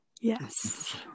Yes